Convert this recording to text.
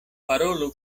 parolu